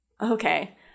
Okay